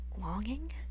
longing